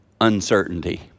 Uncertainty